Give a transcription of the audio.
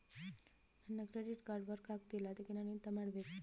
ನನ್ನ credit card work ಆಗ್ತಿಲ್ಲ ಅದ್ಕೆ ನಾನು ಎಂತ ಮಾಡಬೇಕು?